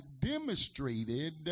demonstrated